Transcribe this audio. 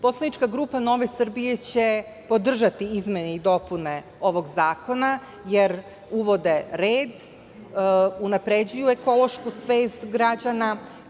Poslanička Nove Srbije će podržati izmene i dopune ovog zakona, jer uvode red, unapređuju ekološku svest građana.